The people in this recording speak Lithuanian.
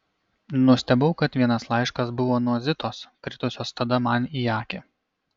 nustebau kad vienas laiškas buvo nuo zitos kritusios tada man į akį